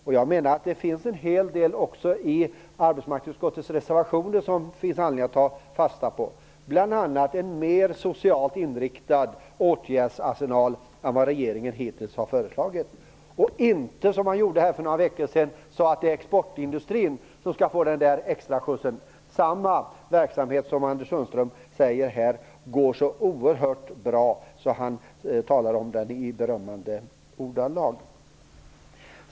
Det finns en hel del i de reservationer som har avgivits i arbetsmarknadsutskottet som det finns anledning att ta fasta på. Man förordar bl.a. en mer socialt inriktad åtgärdsarsenal än vad regeringen hittills har föreslagit. Det skall inte vara exportindustrin - som man sade här för några veckor sedan - som skall få en extraskjuts, en verksamhet som går så oerhört bra att Anders Sundström talar om den i berömmande ordalag.